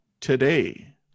today